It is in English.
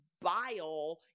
bile